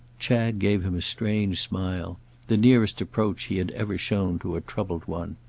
chad gave him a strange smile the nearest approach he had ever shown to a troubled one.